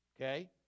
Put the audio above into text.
Okay